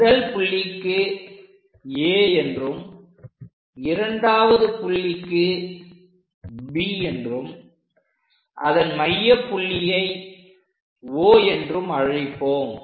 முதல் புள்ளிக்கு A என்றும் இரண்டாவது புள்ளிக்கு B என்றும் அதன் மையப் புள்ளியை O என்றும் அழைப்போம்